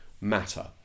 matter